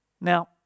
Now